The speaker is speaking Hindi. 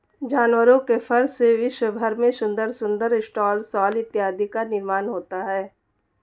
जानवरों के फर से विश्व भर में सुंदर सुंदर स्टॉल शॉल इत्यादि का निर्माण होता है